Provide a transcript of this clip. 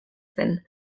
zen